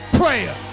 prayer